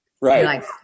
Right